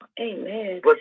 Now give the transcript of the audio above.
Amen